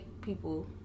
people